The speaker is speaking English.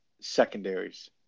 secondaries